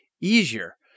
easier